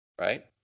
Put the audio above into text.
Right